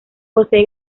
posee